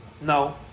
No